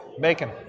Bacon